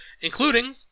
including